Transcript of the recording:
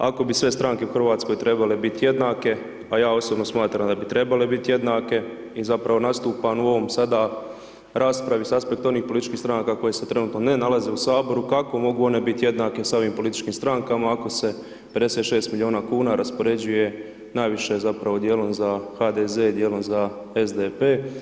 Ako bi sve stranke u RH trebale biti jednake, a ja osobno smatram da bi trebale biti jednake i zapravo nastupam u ovoj sada raspravi sa aspekta onih političkih stranaka koje se trenutno ne nalaze u HS, kako one mogu biti jednake sa ovim političkim strankama ako se 56 milijuna kuna raspoređuje najviše zapravo dijelom za HDZ i dijelom za SDP.